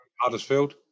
Huddersfield